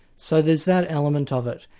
so there's that element of it.